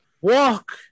walk